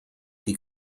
die